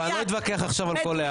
אבל אני לא אתווכח עכשיו על כל הערה.